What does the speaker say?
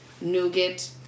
nougat